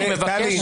טלי.